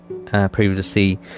Previously